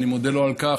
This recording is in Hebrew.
אני מודה לו על כך.